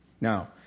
Now